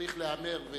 צריך להיאמר.